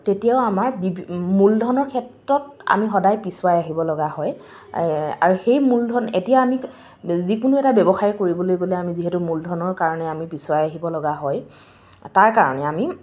আমাৰ মূলধনৰ ক্ষেত্ৰত আমি সদায় পিছুৱাই আহিব লগা হয় আৰু সেই মূলধন এতিয়া আমি যিকোনো এটা ব্যৱসায় কৰিবলৈ গ'লে আমি যিহেতু মূলধনৰ কাৰণে আমি পিছুৱাই আহিব লগা হয় তাৰ কাৰণে আমি